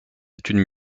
études